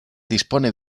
dispone